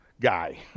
guy